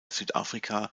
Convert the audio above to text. südafrika